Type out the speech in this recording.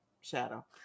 shadow